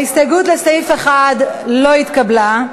ההסתייגות לסעיף 1 לא התקבלה.